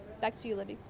back to you libby.